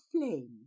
flame